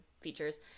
features